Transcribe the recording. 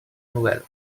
novel·la